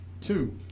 Two